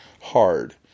hard